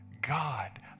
God